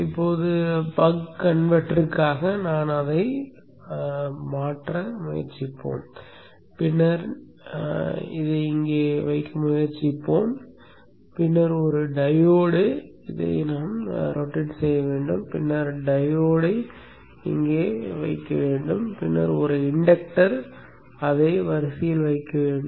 இப்போது பக் கன்வெர்ட்டருக்காக நாம் அதை சுழற்ற முயற்சிப்போம் பின்னர் அதை இங்கே வைக்க முயற்சிப்போம் பின்னர் ஒரு டையோடை சுழற்ற வேண்டும் பின்னர் டையோடை இங்கே வைக்கலாம் பின்னர் ஒரு இண்டக்டரை அதை வரிசையில் வைக்க வேண்டும்